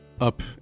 up